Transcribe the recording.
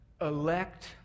elect